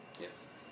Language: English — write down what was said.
Yes